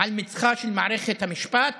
על מצחה של מערכת המשפט